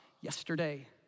yesterday